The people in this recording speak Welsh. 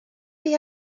chi